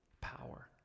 Power